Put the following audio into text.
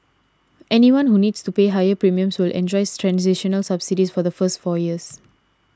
anyone who needs to pay higher premiums will enjoy transitional subsidies for the first four years